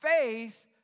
faith